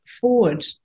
forward